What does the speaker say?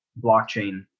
blockchain